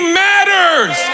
matters